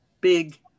big